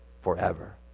forever